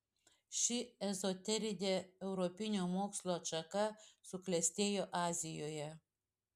ši ezoterinė europinio mokslo atšaka suklestėjo azijoje